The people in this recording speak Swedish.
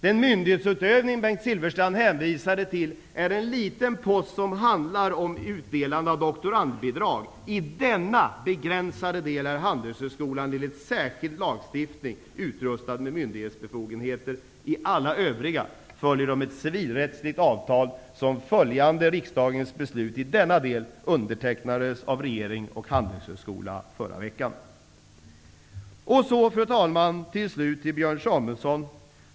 Den myndighetsutövning som Bengt Silfverstrand hänvisade till är en liten post som handlar om utdelande av doktorandbidrag. I denna begränsade del är Handelshögskolan enligt särskild lagstiftning utrustad med myndighetsbefogenheter. I alla övriga delar följer man ett civilrättsligt avtal, som enligt riksdagens beslut i denna del undertecknades av regeringen och Handelshögskolan förra veckan. Så, fru talman, till sist några ord till Björn Samuelson.